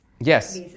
Yes